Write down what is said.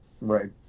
Right